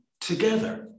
together